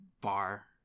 bar